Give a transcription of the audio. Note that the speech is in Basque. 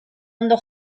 ondo